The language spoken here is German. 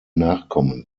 nachkommen